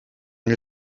hil